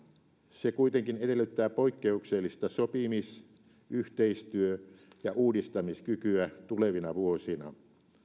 se kuitenkin edellyttää poikkeuksellista sopimis yhteistyö ja uudistamiskykyä tulevina vuosina